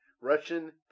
Russian